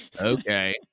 okay